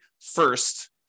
first